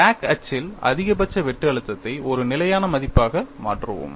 crack அச்சில் அதிகபட்ச வெட்டு அழுத்தத்தை ஒரு நிலையான மதிப்பாக மாற்றுவோம்